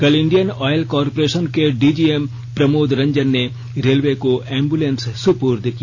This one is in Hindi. कल इंडियन ऑयल कॉरपोरेशन के डीजीएम प्रमोद रंजन ने रेलवे को एम्बुलेंस सुपुर्द किया